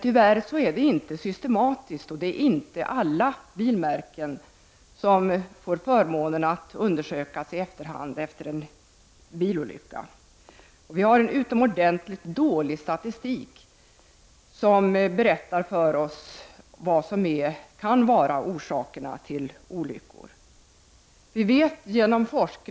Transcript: Tyvärr sker de inte systematiskt, och det är inte alla bilmärken som får förmånen att undersökas i efterhand efter en bilolycka. Den statistik som berättar för oss vad som kan vara orsak till dessa olyckor är utomordentligt dålig.